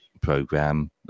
program